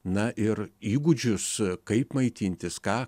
na ir įgūdžius kaip maitintis ką